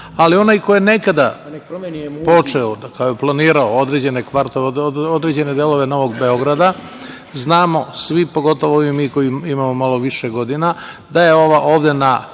Ali, onaj ko je nekada počeo, planirao određene delove Novog Beograda, znamo svi, pogotovo mi koji imamo malo više godina, da je ovde na